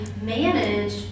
manage